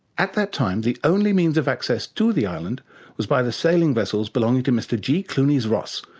at that time the only means of access to the island was by the sailing vessels belonging to mr g clunies-ross,